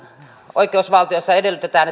oikeusvaltiossa edellytetään